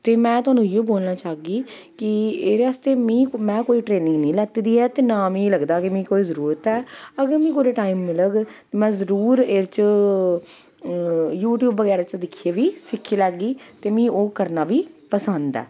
ते में थाह्नूं इ'यै बोलना चाह्गी कि एह्दे आस्तै में कोई ट्रेनिंग निं लैती दी ऐ ते ना मिगी लगदा कि मिगी कोई जरूरत ऐ अगर मिगी टाईम मिलग ते में जरूर एह्दे च यूट्यूब बगैरा च दिक्खियै बी सिक्खी लैगी ते में ओह् करना बी पसंद ऐ